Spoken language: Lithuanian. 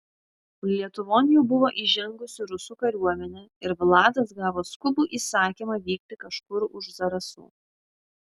lietuvon jau buvo įžengusi rusų kariuomenė ir vladas gavo skubų įsakymą vykti kažkur už zarasų